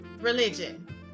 religion